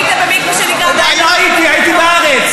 לא הייתי, הייתי בארץ.